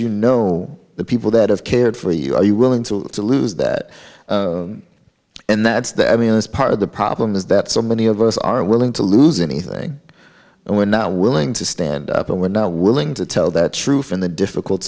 you know the people that have cared for you are you willing to lose that and i mean that's part of the problem is that so many of us are willing to lose anything and we're not willing to stand up and we're not willing to tell the truth and the difficult